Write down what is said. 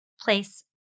Place